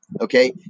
Okay